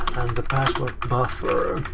the password buffer.